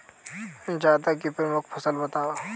जायद की प्रमुख फसल बताओ